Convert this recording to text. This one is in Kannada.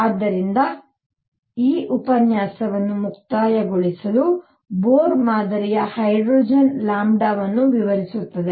ಆದ್ದರಿಂದ ಈ ಉಪನ್ಯಾಸವನ್ನು ಮುಕ್ತಾಯಗೊಳಿಸಲು ಬೋರ್ ಮಾದರಿಯು ಹೈಡ್ರೋಜನ್ ಲ್ಯಾಂಬ್ಡಾವನ್ನು ವಿವರಿಸುತ್ತದೆ